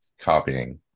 copying